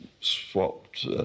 swapped